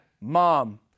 mom